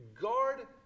guard